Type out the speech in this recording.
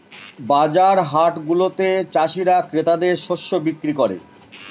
বাজার হাটগুলাতে চাষীরা ক্রেতাদের শস্য বিক্রি করে